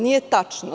Nije tačno.